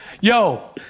Yo